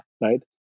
right